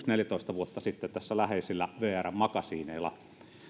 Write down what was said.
neljätoista vuotta sitten vuonna kaksituhattakuusi tässä läheisillä vrn makasiineilla